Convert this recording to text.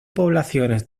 poblaciones